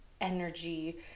energy